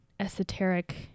esoteric